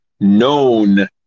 known